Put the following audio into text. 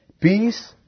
Peace